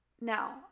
Now